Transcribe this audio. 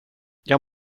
jag